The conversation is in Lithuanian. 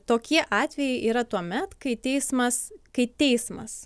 tokie atvejai yra tuomet kai teismas kai teismas